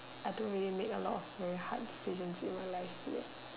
I don't really make a lot of really hard decisions in real life